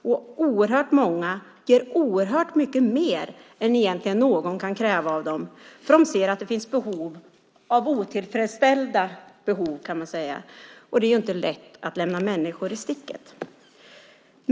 Och oerhört många ger oerhört mycket mer än någon egentligen kan kräva av dem eftersom de ser att det finns många otillfredsställda behov, och det är inte lätt att lämna människor i sticket.